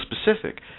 specific